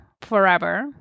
forever